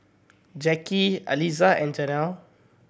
Jacky Aliza and Janell